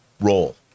role